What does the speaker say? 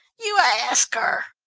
you ask her!